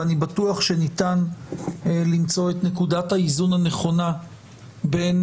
ואני בטוח שניתן למצוא את נקודת האיזון הנכונה בין